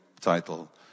title